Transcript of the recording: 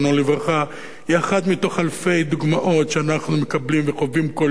היא אחת מתוך אלפי דוגמאות שאנחנו מקבלים וקובעים כל יום,